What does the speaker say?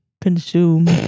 Consume